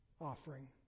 offering